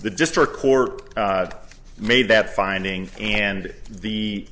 the district court made that finding and the